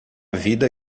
vida